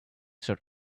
should